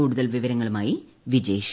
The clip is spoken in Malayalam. കൂടുതൽ വിവരങ്ങളുമായി വിജേഷ്